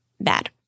bad